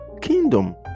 kingdom